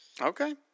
Okay